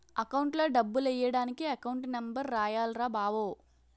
అకౌంట్లో డబ్బులెయ్యడానికి account number రాయాల్రా బావో